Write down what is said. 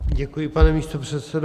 Děkuji, pane místopředsedo.